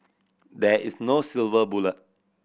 there is no silver bullet